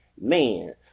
man